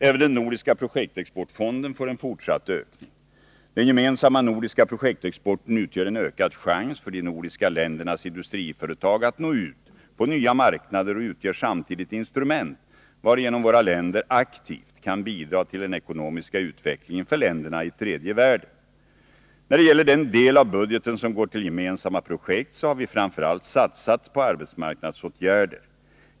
Även den nordiska projektexportfonden utgör en ökad chans för de nordiska ländernas industriföretag att nå ut på nya marknader och utgör samtidigt ett instrument varigenom våra länder aktivt kan bidra till den ekonomiska utvecklingen för länderna i tredje världen. När det gäller den del av budgeten som går till gemensamma projekt har vi framför allt satsat på arbetsmarknadsåtgärder.